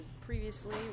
previously